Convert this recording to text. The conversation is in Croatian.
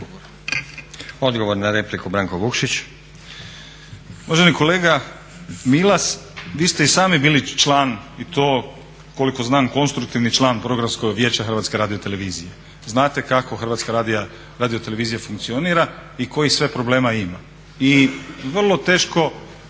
Odgovor na repliku Branko Vukšić.